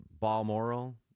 Balmoral